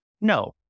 no